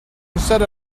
instead